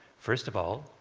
first of all,